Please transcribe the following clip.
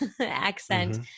accent